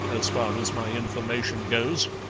as far as my information goes,